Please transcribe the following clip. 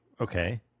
okay